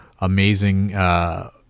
amazing